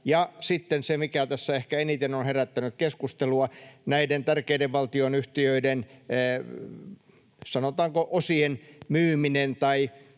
Ja sitten se, mikä tässä ehkä eniten on herättänyt keskustelua: näiden tärkeiden valtionyhtiöiden, sanotaanko, osien myyminen tai